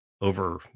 over